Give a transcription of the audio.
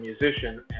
musician